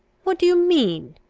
what do you mean?